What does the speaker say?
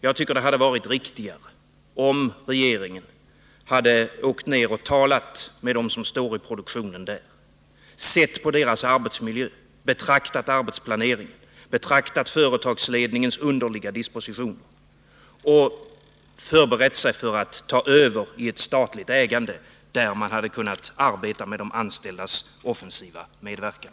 Jag tycker att det hade varit riktigare om regeringen hade åkt ner och talat med dem som står i produktionen, sett på deras arbetsmiljö, betraktat arbetsplaneringen och företagsledningens underliga dispositioner och förberett sig för att ta över i ett statligt ägande, där man kunnat arbeta med de anställdas offensiva medverkan.